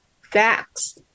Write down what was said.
facts